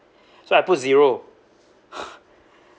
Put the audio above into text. so I put zero